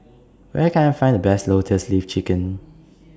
Where Can I Find The Best Lotus Leaf Chicken